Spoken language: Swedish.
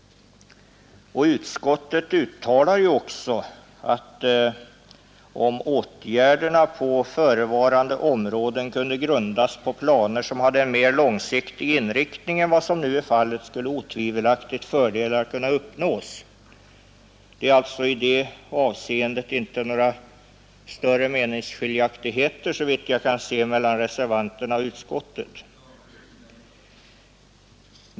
Utskottet uttalar också följande: ”Om åtgärderna på förevarande områden kunde grundas på planer som hade en mer långsiktig inriktning än vad som nu är fallet skulle otvivelaktigt fördelar kunna uppnås.” Det föreligger alltså i det avseendet inte några större meningsskiljaktigheter mellan reservanterna och utskottet.